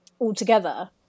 altogether